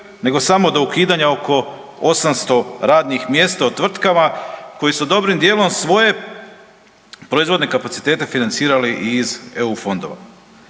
nego samo do ukidanja oko 800 radnih mjesta u tvrtkama koje su dobrim dijelom svoje proizvodne kapacitete financirali iz EU fondova.